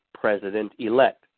president-elect